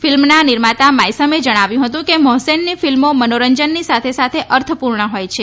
ફિલ્મના નિર્માતા માયસમે જણાવ્યું હતું કે મોહસેનની ફિલ્મો મનોરંજનની સાથે સાથે અર્થપૂર્ણ હોય છે